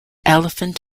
elephant